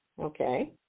okay